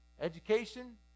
education